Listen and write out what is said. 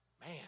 Man